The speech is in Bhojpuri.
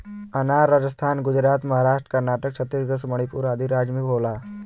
अनार राजस्थान गुजरात महाराष्ट्र कर्नाटक छतीसगढ़ मणिपुर आदि राज में होला